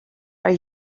are